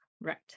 Right